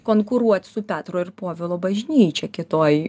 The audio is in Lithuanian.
konkuruot su petro ir povilo bažnyčia kitoj